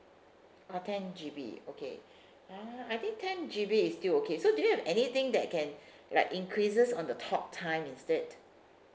uh ten G_B okay ah I think ten G_B is still okay so do you have anything that can like increases on the talk time instead